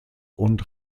und